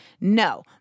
no